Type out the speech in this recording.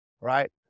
right